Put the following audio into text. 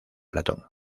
platón